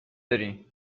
داری